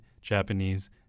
Japanese